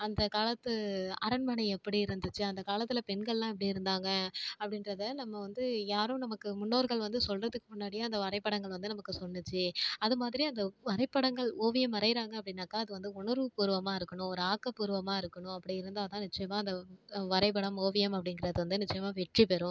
அந்த காலத்து அரண்மனை எப்படி இருந்திச்சு அந்த காலத்தில் பெண்கள்லாம் எப்படி இருந்தாங்க அப்படின்றத நம்ம வந்து யாரோ நமக்கு முன்னோர்கள் வந்து சொல்லுறத்துக்கு முன்னாடியே அந்த வரைப்படங்கள் வந்து நமக்கு சொன்னிச்சு அது மாதிரி அந்த வரைப்படங்கள் ஓவியம் வரையிறாங்க அப்படின்னாக்க அது வந்து உணர்வு பூர்வமாக இருக்கணும் ஒரு ஆக்கப்பூர்வமாக இருக்கணும் அப்படி இருந்தால் தான் நிச்சியமாக அந்த வரைப்படம் ஓவியம் அப்படிங்கறது வந்து நிச்சியமாக வெற்றி பெரும்